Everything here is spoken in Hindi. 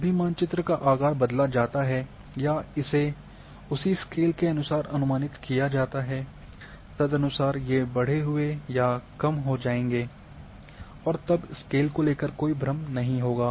जब भी मानचित्र का आकार बदला जाता है या इसे उसी स्केल के अनुसार अनुमानित किया जाता है तदनुसार ये बढ़े हुए या कम हो जाएंगे और तब स्केल को लेकर कोई भ्रम नहीं होगा